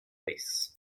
race